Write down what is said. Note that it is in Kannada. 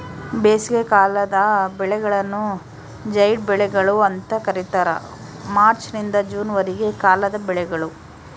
ಬೇಸಿಗೆಕಾಲದ ಬೆಳೆಗಳನ್ನು ಜೈಡ್ ಬೆಳೆಗಳು ಅಂತ ಕರೀತಾರ ಮಾರ್ಚ್ ನಿಂದ ಜೂನ್ ವರೆಗಿನ ಕಾಲದ ಬೆಳೆಗಳು